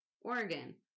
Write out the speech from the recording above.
Oregon